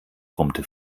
brummte